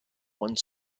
one